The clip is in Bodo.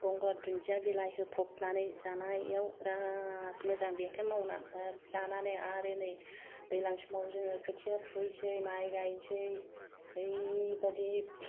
गंगार धुनदिया बिलाइ होफ'ब नानै जानायाव बेराद मोजां बेखौ मावनानैबा जानानै आरो नै दैलां समाव जोङो खोथिया फुहैसै माइ गाइहैसै ओरैबादि